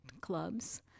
clubs